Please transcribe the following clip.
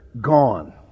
Gone